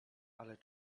ale